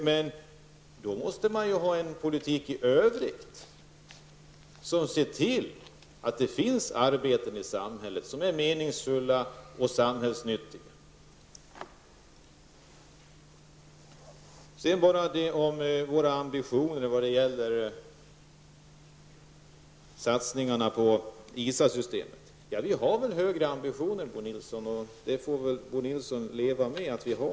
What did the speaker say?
Men då måste man ha en politik i övrigt som ser till att det finns arbetsuppgifter i samhället som är meningsfulla och samhällsnyttiga. Våra ambitioner vad gäller satsningar på ISA systemet berördes också. Vi har väl högre ambitioner på arbetsmiljöområdet. Det får Bo Nilsson leva med.